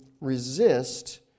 resist